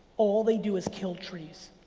all they do is kill trees.